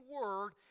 word